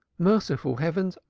merciful heavens!